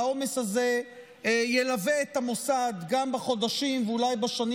והעומס הזה ילווה את המוסד גם בחודשים ואולי בשנים